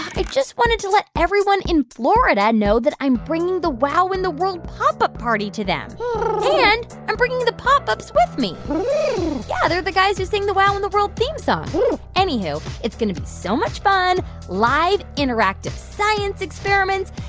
i just wanted to let everyone in florida know that i'm bringing the wow in the world pop up party to them and i'm bringing the pop ups with me yeah the guys who sing the wow in the world theme song anywho, it's going to be so much fun live, interactive science experiments,